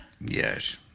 yes